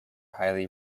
highly